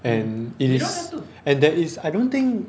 and it is and there is I don't think